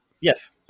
yes